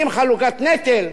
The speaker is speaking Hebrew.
אם חלוקת הנטל,